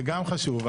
זה גם חשוב.